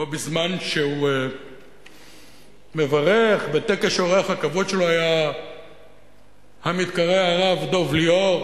בו בזמן שהוא מברך בטקס שאורח הכבוד שלו היה המתקרא הרב דב ליאור.